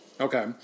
okay